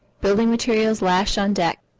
building materials lashed on deck.